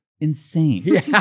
insane